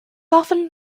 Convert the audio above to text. often